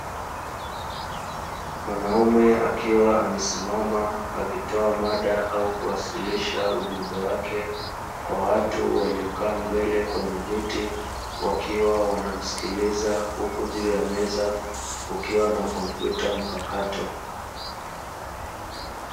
Mwanaume akiwa amesimama akitoa mada au kuwasilisha ujumbe wake kwa watu waliokaa mbele kwenye viti wakiwa wanamsikiliza, huku juu ya meza kukiwa na kompyuta mpakato.